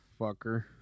fucker